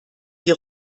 die